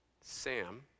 Sam